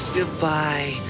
Goodbye